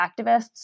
activists